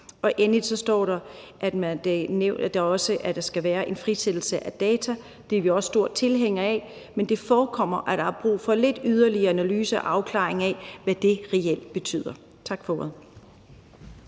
i lovforslaget, at der skal være en frisættelse af data, og det er vi også store tilhængere af, men det forekommer, at der er brug for yderligere analyse og afklaring af, hvad det reelt betyder. Tak for ordet.